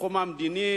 בתחום המדיני